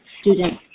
students